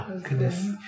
goodness